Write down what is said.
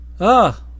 Ah